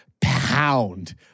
pound